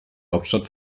hauptstadt